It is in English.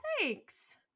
thanks